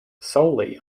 solely